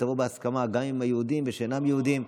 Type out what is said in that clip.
שתבוא בהסכמה גם עם היהודים וגם עם שאינם יהודים.